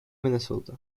minnesota